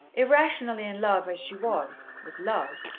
irrationally in love as she was, with love,